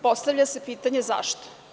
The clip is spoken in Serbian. Postavlja se pitanje – zašto?